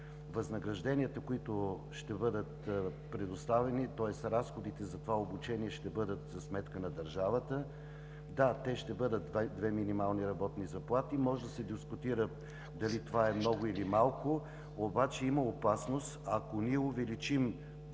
Възнагражденията, които ще бъдат предоставени, тоест разходите за това обучение, ще бъдат за сметка на държавата. Да, те ще бъдат две минимални работни заплати, но може да се дискутира дали това е много или малко. Има опасност, ако ние увеличим